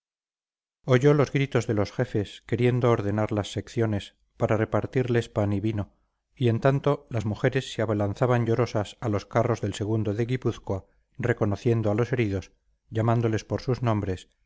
oyó los gritos de los jefes queriendo ordenar las secciones para repartirles pan y vino y en tanto las mujeres se abalanzaban llorosas a los carros del o de guipúzcoa reconociendo a los heridos llamándoles por sus nombres